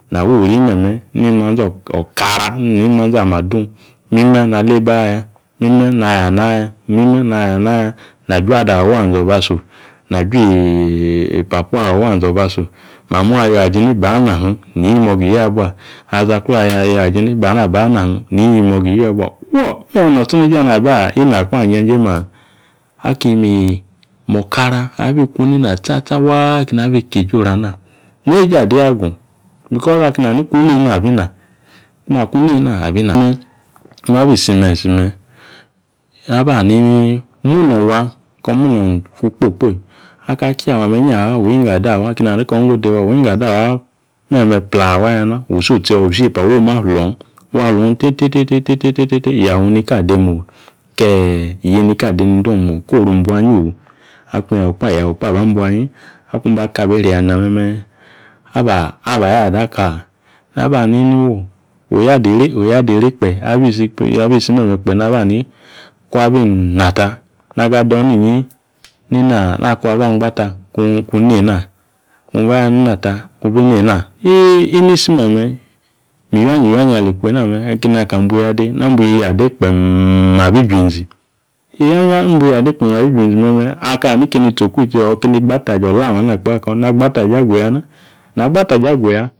Na awa ori me̱me̱ ni manzi okara, neni manzi ama adung mime na leba aya na juu ada awo anzio̱ba so. na fu papa awa anzio̱ba so. mamaa iywaji ni ba na him ni imoga iyibua, ali aza klee iyuaji ni iyi moga iyi bua, fuo meme notsoneje ani aba ina awi njanje ma. Aki mi o̱kara abi ku nena tsatsa waa keni abi keje oru ana, Neeja adi agu because aki nani aku. Nena, abi na, keni aku nena abi na. Nung abi isime̱ isime̱ Naba hani ni munong wa ko munong ku kpoyi kpoyi. Aka ki yawu ami winggo adawa keni hani ko winggo dewa meme pla. Awa yana wu isi otsi or isi yepa oma flo g. Wa flong tete tete tete yawu ni ka demo ke yeyi ni ka ade nende ong mo ko oru onubuayio. Akung yawu, yawu kpe babuanyi akung baka abi isri yana me̱me̱ Ab isi me̱me̱ kpe̱ naba hani kung abi inata, naga adone inyi nina na kung aba angbata kung nena inisi me̱me̱ miyianya iyianya ali ku eena me akeni aka bu iyi ade, na bu iyi ade kpeen abi ju inzi. miyianya abu iyi ade kpe̱e̱m abi ju inzi me̱me̱, aka hani keni gba ataje̱ alam ana kpa ko, na gba ataje̱ aguyara. Na gba ataje̱ aguya.